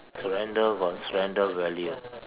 surrender got surrender value